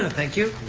thank you,